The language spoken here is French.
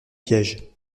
piège